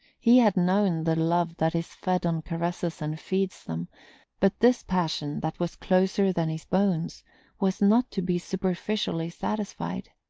he had known the love that is fed on caresses and feeds them but this passion that was closer than his bones was not to be superficially satisfied.